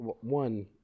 one